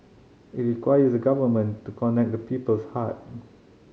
it requires the Government to connect to people's heart